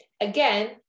Again